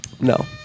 No